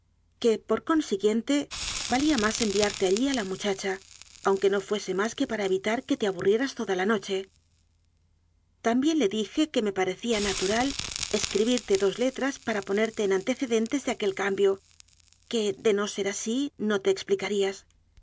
que por consiguiente valía más enviarte allí a la muchacha aunque no fuese más que para evitar que te aburrieras toda la noche también le dije que me parecía natural escribirte dos letras para ponerte en antecedentes de aquel cambio que de no ser así no te explicarías